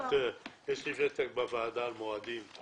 היות ויש לי ותק בוועדה על מועדים,